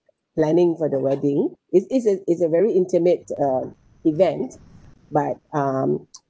planning for the wedding is is is it's a very intimate um event but um